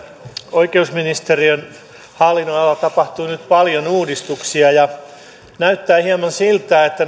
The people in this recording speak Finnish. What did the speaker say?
oikeusministeriön hallinnonalalla tapahtuu nyt paljon uudistuksia ja näyttää hieman siltä että